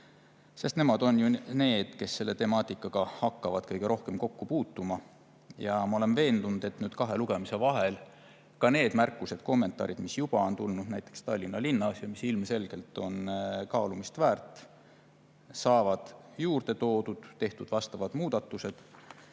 sest nemad on ju need, kes selle temaatikaga hakkavad kõige rohkem kokku puutuma. Ja ma olen veendunud, et nüüd kahe lugemise vahel neid märkusi ja kommentaare, mis juba on tulnud näiteks Tallinna linnalt, mis ilmselgelt on kaalumist väärt, [arvestatakse] ja vastavad muudatused